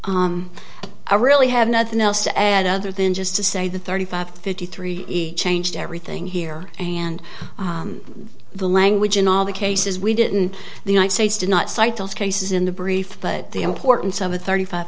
but i really have nothing else to add other than just to say the thirty five fifty three changed everything here and the language in all the cases we didn't the united states did not cite those cases in the brief but the importance of a thirty five